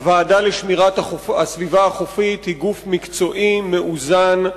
הוועדה לשמירת הסביבה החופית היא גוף מקצועי מאוזן,